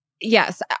yes